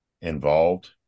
involved